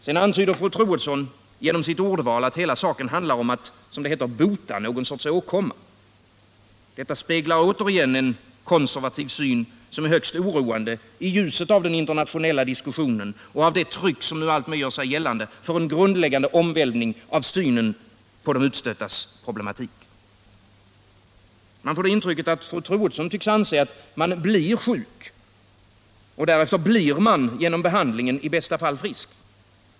Sedan antyder fru Troedsson genom sitt ordval, att hela saken handlar om att ”bota” någon sorts åkomma. Detta speglar återigen en konservativ syn, som är högst oroande i ljuset av den internationella diskussionen och det tryck som nu alltmer gör sig gällande för en grundläggande omvälvning av synen på de utstöttas problematik. Man får det intrycket att fru Troedsson tycks anse att man ”blir” sjuk och därefter ”blir” man genom behandlingen i bästa fall frisk.